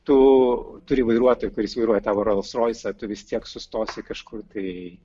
tu turi vairuotoją kuris vairuoja tavo rols roisą tu vis tiek sustosi kažkur tai